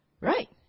Right